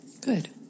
Good